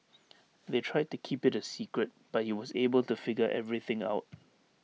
they tried to keep IT A secret but he was able to figure everything out